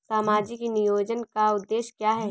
सामाजिक नियोजन का उद्देश्य क्या है?